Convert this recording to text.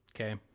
Okay